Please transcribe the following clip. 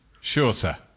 Shorter